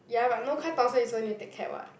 ya but no car Thomson so you need take cab [what]